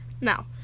Now